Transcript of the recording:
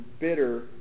bitter